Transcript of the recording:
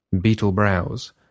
Beetle-brows